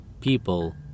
people